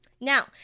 Now